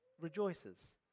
rejoices